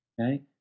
Okay